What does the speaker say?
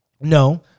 No